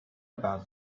about